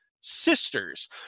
sisters